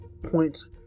points